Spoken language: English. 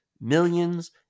millions